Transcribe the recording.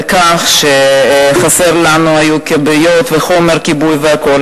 כך שחסר לנו כבאיות וחומר כיבוי והכול,